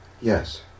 yes